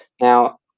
now